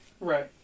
Right